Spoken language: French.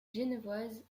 genevoise